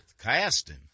Casting